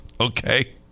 okay